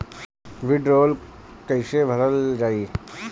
भीडरौल कैसे भरल जाइ?